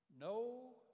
no